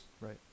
right